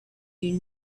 you